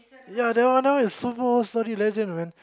ya that one now is super old story legend man